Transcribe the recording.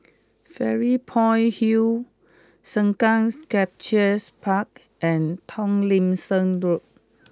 Fairy Point Hill Sengkang Sculptures Park and Tomlinson Road